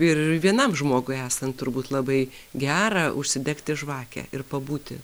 ir vienam žmogui esant turbūt labai gera užsidegti žvakę ir pabūti